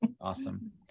Awesome